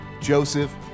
Joseph